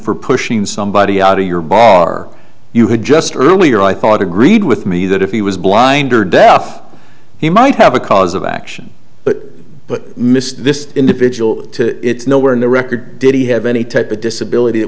for pushing somebody out of your bar you had just earlier i thought agreed with me that if he was blind or deaf he might have a cause of action but but missed this individual to it's nowhere near record did he have any type of disability